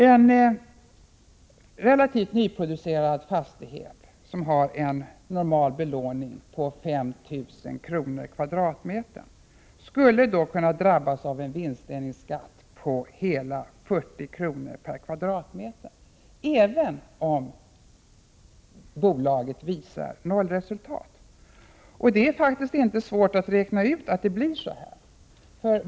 En relativt nyproducerad fastighet med en normal belåning på 5 000 kr. per kvadratmeter skulle då kunna drabbas av en vinstdelningsskatt på hela 40 kr. per kvadratmeter, även om bolaget visar nollresultat. Det är faktiskt inte svårt att räkna ut att det blir så.